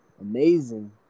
amazing